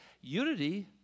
unity